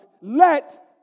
let